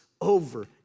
over